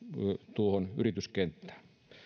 yrityskenttään